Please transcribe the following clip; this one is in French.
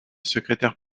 secrétaire